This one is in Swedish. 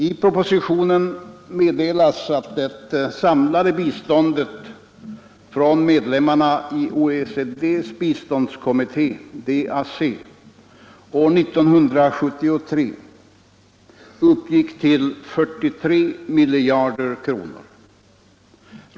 I propositionen meddelas att det samlade biståndet från medlemmarna i OECD:s biståndskommitté år 1973 uppgick till 43 miljarder kronor.